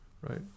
right